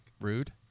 Rude